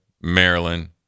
Maryland